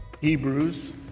Hebrews